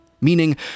Meaning